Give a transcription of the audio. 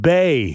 Bay